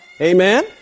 Amen